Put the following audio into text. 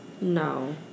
No